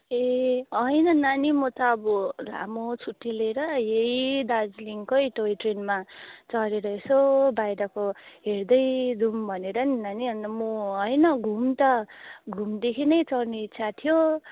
ए होइन नानी म त अब लामो छुट्टी लिएर यहीँ दार्जिलिङकै टोइ ट्रेनमा चढेर यसो बाहिरको हेर्दै जाउँ भनेर नि नानी अन्त म होइन घुम त घुमदेखि नै चढ्ने इच्छा थियो